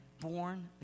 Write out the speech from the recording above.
born